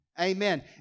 Amen